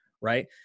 right